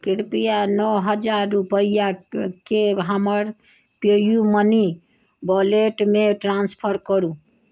कृपया नओ हजार रूपैआके हमर पेयूमनी वॉलेटमे ट्रांसफर करू